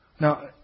Now